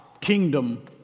kingdom